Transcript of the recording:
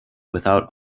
without